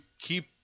keep